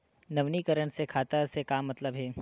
नवीनीकरण से खाता से का मतलब हे?